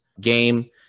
Game